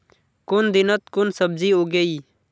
कुन दिनोत कुन सब्जी उगेई?